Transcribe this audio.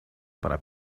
para